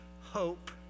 hope